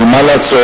אבל מה לעשות?